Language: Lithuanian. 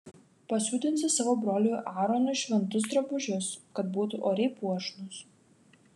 pasiūdinsi savo broliui aaronui šventus drabužius kad būtų oriai puošnūs